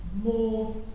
more